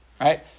right